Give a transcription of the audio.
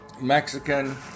Mexican